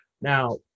Now